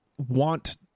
want